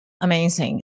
Amazing